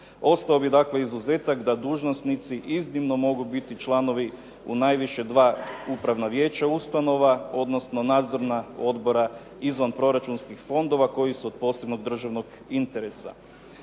Ostao bi dakle izuzetak da dužnosnici iznimno mogu biti članovi u najviše dva upravna vijeća ustanova, odnosno nadzorna odbora izvanproračunskih fondova koji su od posebnog državnog interesa.